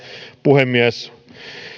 puhemies